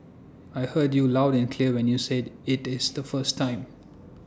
I heard you loud and clear when you said IT is the first time